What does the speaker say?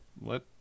Let